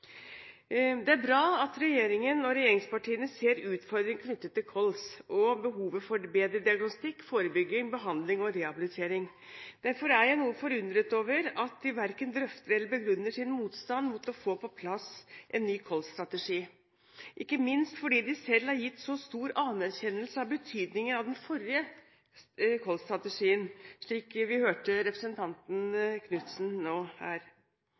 Det er bra at regjeringen og regjeringspartiene ser utfordringene knyttet til kols og behovet for bedre diagnostikk, forebygging, behandling og rehabilitering. Derfor er jeg noe forundret over at de verken drøfter eller begrunner sin motstand mot å få på plass en ny kolsstrategi – ikke minst fordi de selv har gitt så stor anerkjennelse av betydningen av den forrige kolsstrategien, slik nettopp representanten Knutsen